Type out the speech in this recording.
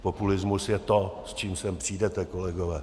Populismus je to, s čím sem přijdete, kolegové.